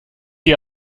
ihr